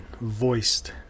voiced